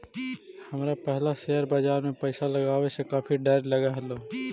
हमरा पहला शेयर बाजार में पैसा लगावे से काफी डर लगअ हलो